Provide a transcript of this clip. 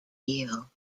deal